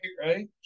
right